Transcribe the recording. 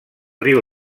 riu